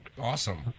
Awesome